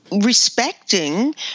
respecting